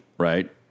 Right